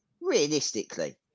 realistically